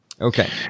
okay